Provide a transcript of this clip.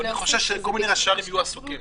אני חושש שכל מיני ראשי ערים יהיו עסוקים.